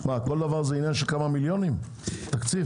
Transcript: כל דבר זה עניין של כמה מיליונים, תקציב?